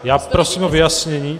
Já prosím o vyjasnění.